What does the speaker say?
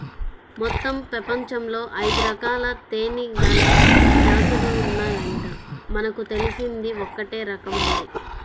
మొత్తం పెపంచంలో ఐదురకాల తేనీగల జాతులు ఉన్నాయంట, మనకు తెలిసింది ఒక్కటే రకం మరి